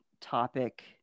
topic